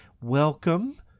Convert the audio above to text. Welcome